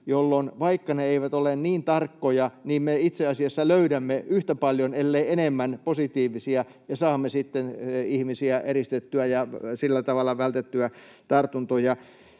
jolloin vaikka ne eivät ole niin tarkkoja, me itse asiassa löydämme yhtä paljon, ellei enemmän, positiivisia ja saamme sitten ihmisiä eristettyä ja sillä tavalla vältettyä tartuntoja.